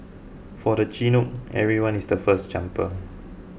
for the Chinook everyone is the first jumper